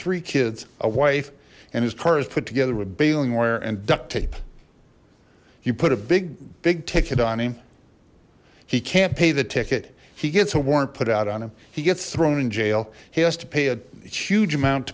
three kids a wife and his car is put together with baling wire and duct tape you put a big big ticket on him he can't pay that he gets a warrant put out on him he gets thrown in jail he has to pay a huge amount